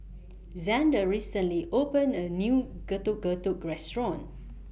Xander recently opened A New Getuk Getuk Restaurant